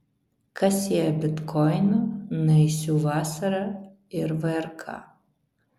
kas sieja bitkoiną naisių vasarą ir vrk